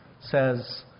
says